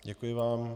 Děkuji vám.